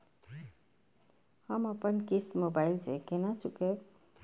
हम अपन किस्त मोबाइल से केना चूकेब?